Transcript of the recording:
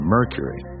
Mercury